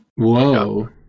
Whoa